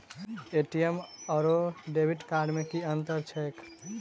ATM आओर debit card मे की अंतर छैक?